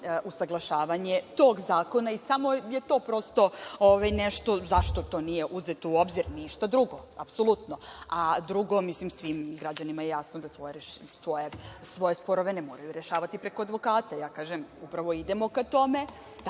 usaglašavanje tog zakona i samo je to razlog zašto to nije uzeto u obzir, ništa drugo, apsolutno. Drugo, svim građanima je jasno da svoje sporove ne moraju rešavati preko advokata. Ja kažem, upravo idemo ka tome